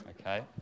okay